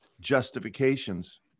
justifications